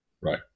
Right